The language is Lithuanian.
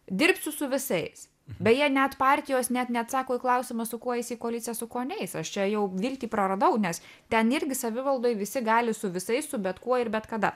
dirbsiu su visais beje net partijos net neatsako į klausimą su kuo eis į koaliciją su kuo neis aš čia jau viltį praradau nes ten irgi savivaldoj visi gali su visais su bet kuo ir bet kada